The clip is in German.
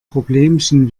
problemchen